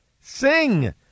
Sing